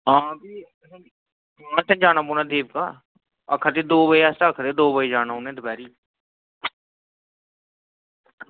आं भी उत्थें जाना पौना देवका आक्खा दे दौ बजे आस्तै दौ बजे जाना उनें दपैह्रीं